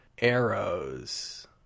arrows